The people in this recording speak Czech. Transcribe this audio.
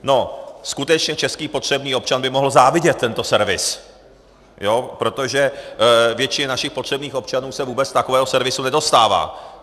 No, skutečně český potřebný občan by mohl závidět tento servis, protože většině našich potřebných občanů se vůbec takového servisu nedostává.